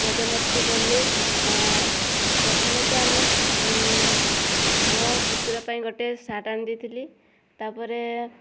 ମଜା ମସ୍ତି କଲୁ ପ୍ରଥମତଃ ଆମେ ମୋ ପୁତୁରା ପାଇଁ ଗୋଟେ ସାର୍ଟ୍ ଆଣିଦେଇଥିଲି ତାପରେ